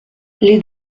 les